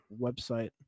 website